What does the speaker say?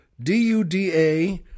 D-U-D-A